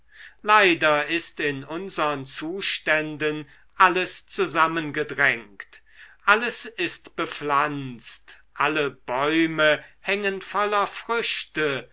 leider ist in unsern zuständen alles zusammengedrängt alles ist bepflanzt alle bäume hängen voller früchte